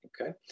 okay